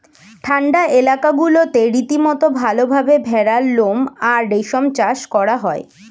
ঠান্ডা এলাকাগুলোতে রীতিমতো ভালভাবে ভেড়ার লোম আর রেশম চাষ করা হয়